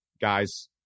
guys